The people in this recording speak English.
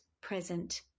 present